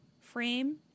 frame